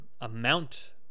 amount